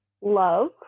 love